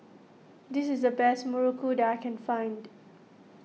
this is the best Muruku that I can find